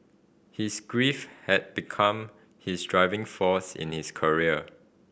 his grief had become his driving force in his career